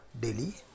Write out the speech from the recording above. daily